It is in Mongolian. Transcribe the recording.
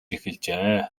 эхэлжээ